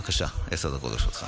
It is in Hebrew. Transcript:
בבקשה, עשר דקות לרשותך.